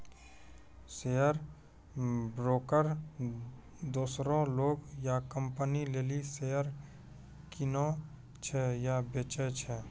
share broker दोसरो लोग या कंपनी लेली शेयर किनै छै या बेचै छै